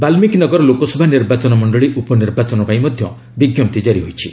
ବାଲ୍ମିକୀ ନଗର ଲୋକସଭା ନିର୍ବାଚନ ମଣ୍ଡଳୀ ଉପ ନିର୍ବାଚନ ପାଇଁ ମଧ୍ୟ ବିଞ୍ଜପ୍ତି ଜାରି ହୋଇଛି